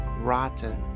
rotten